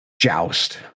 joust